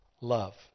Love